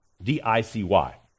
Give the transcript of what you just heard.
D-I-C-Y